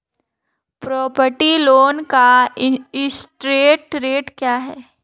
Property loan का interest rate क्या है?